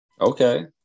Okay